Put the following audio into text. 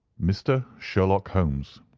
mr. sherlock holmes.